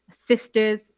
sisters